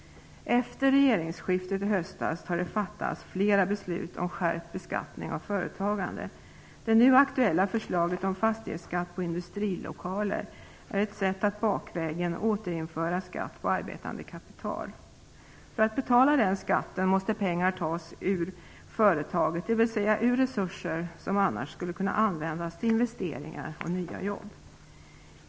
Efter regeringsskiftet i höstas har det fattats flera beslut om skärpt beskattning av företagande. Det nu aktuella förslaget om fastighetsskatt på industrilokaler är ett sätt att bakvägen återinföra skatt på arbetande kapital. För att betala den skatten måste pengar tas ur företaget, dvs. från resurser som annars skulle kunna användas till nya investeringar och nya jobb.